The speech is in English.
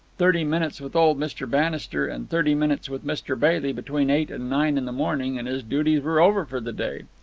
thirty minutes with old mr. bannister and thirty minutes with mr. bailey between eight and nine in the morning and his duties were over for the day.